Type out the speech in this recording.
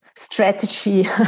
strategy